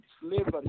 slavery